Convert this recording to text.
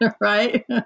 right